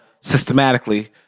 systematically